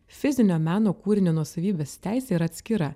fizinio meno kūrinio nuosavybės teisė yra atskira